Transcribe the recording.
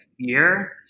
fear